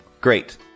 Great